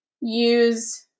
Use